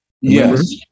Yes